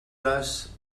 les